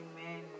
Amen